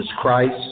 Christ